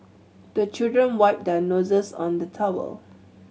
the children wipe their noses on the towel